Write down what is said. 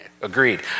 Agreed